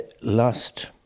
lost